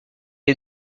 est